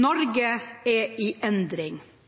Norge er i endring,